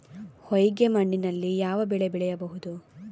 ಹೊಯ್ಗೆ ಮಣ್ಣಿನಲ್ಲಿ ಯಾವ ಬೆಳೆ ಬೆಳೆಯಬಹುದು?